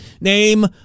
Name